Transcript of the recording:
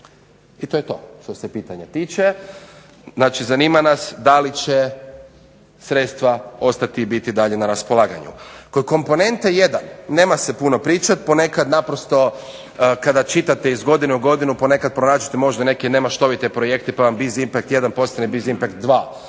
i to je to što se pitanja tiče. Znači zanima nas da li će sredstva ostati i biti dalje na raspolaganju. Kod komponente 1 nema se puno pričati. Ponekad naprosto kada čitate iz godine u godinu ponekad pronađete možda neke nemaštovite projekte pa vam …/Ne razumije se./… postane